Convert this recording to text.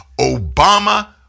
Obama